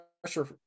pressure